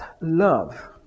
love